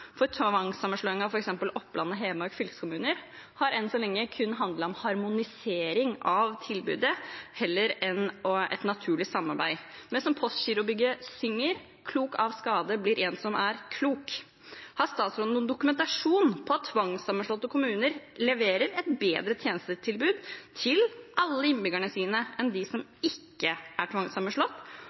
Hedmark fylkeskommuner har enn så lenge kun handlet om harmonisering av tilbudet heller enn et naturlig samarbeid. Men som Postgirobygget synger: «Klok av skade blir en som er klok.» Har statsråden noen dokumentasjon på at tvangssammenslåtte kommuner leverer et bedre tjenestetilbud til alle innbyggerne sine enn dem som ikke er tvangssammenslått?